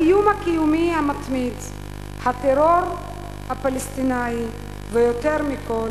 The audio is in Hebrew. האיום הקיומי המתמיד, הטרור הפלסטיני, ויותר מכול,